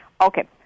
Okay